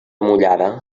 mullada